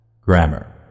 Grammar